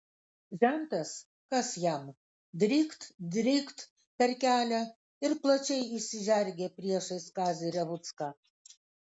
žentas kas jam drykt drykt per kelią ir plačiai išsižergė priešais kazį revucką